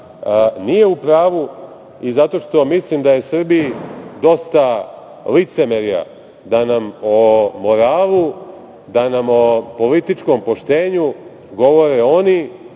nije u pravu i zato što mislim da je Srbiji dosta licemerja, da nam o moralu, da nam o političkom poštenju govore oni